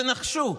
תנחשו.